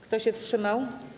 Kto się wstrzymał?